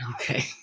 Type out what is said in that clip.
Okay